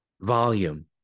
Volume